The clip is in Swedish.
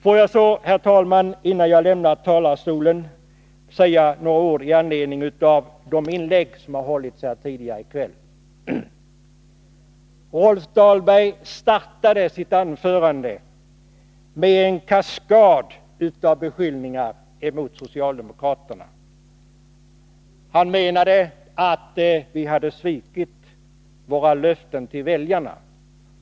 Får jag så, herr talman, innan jag lämnar talarstolen säga några ord med anledning av de inlägg som gjorts tidigare i kväll. Rolf Dahlberg startade sitt anförande med en kaskad av beskyllningar mot socialdemokraterna. Han menade att vi hade svikit våra löften till väljarna.